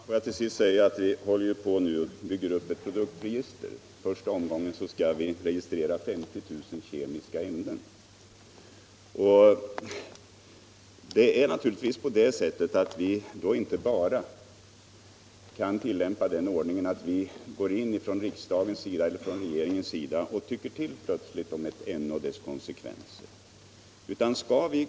Herr talman! Vi håller nu på att bygga upp ett produktregister, där vi I första omgången skall registrera 50 000 kemiska ämnen. Då kan vi naturligtvis inte tillämpa den ordningen att regeringen eller riksdagen bara går in och plötsligt ”tycker till” om ett ämne och konsekvenserna av dess användning.